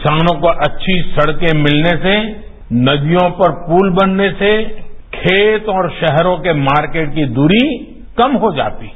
किसानों को अच्छी सड़कें मिलने से नदियों पर पुल बनने से खेत और शहरों के मार्केट की दूरी कम हो जाती है